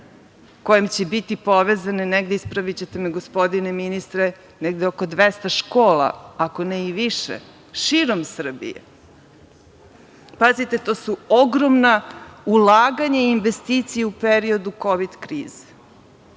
kojim će biti povezane negde, ispravićete me gospodine ministre, negde oko 200 škola, ako ne i više, širom Srbije. Pazite, to su ogromna ulaganja i investicije u periodu Kovid krize,